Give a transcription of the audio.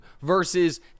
versus